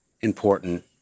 important